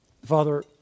Father